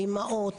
האימהות,